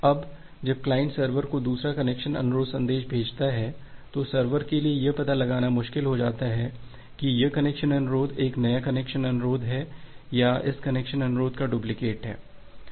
अब जब client server को दूसरा कनेक्शन अनुरोध संदेश भेजता है तो सर्वर के लिए यह पता लगाना मुश्किल हो जाता है कि क्या यह कनेक्शन अनुरोध एक नया कनेक्शन अनुरोध है या यह इस कनेक्शन अनुरोध का डुप्लिकेट है